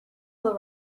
will